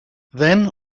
then